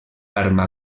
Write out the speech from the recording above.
arma